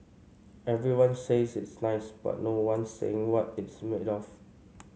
everyone says it's nice but no one's saying what it's made of